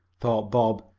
thought bob,